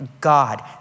God